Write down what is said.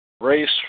Race